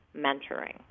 mentoring